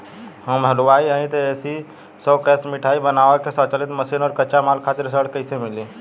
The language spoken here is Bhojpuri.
हम हलुवाई हईं त ए.सी शो कैशमिठाई बनावे के स्वचालित मशीन और कच्चा माल खातिर ऋण कइसे मिली?